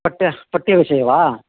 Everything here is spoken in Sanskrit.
पठं पठ्यविषये वा